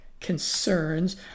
concerns